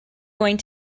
going